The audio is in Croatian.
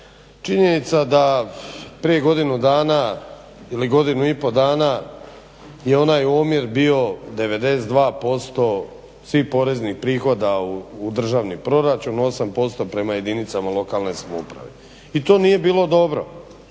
Činjenica da prije godinu dana ili godinu i pol dana je onaj omjer bio 92% svih poreznih prihoda u državni proračun, 8% prema jedinicama lokalne samouprave, i to nije bilo dobro,